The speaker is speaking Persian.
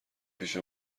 پیش